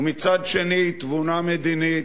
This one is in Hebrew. ומצד שני תבונה מדינית,